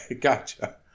gotcha